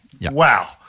Wow